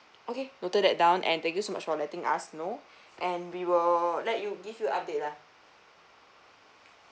okay noted that down and thank you so much for letting us know and we will let you give you update lah